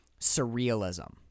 surrealism